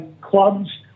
Clubs